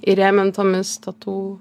įrėmintomis tatu